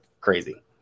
crazy